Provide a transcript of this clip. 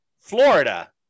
Florida